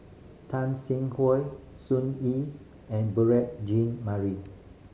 Tan Sin Sun Yee and Jean Marie